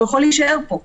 והוא יכול להישאר פה.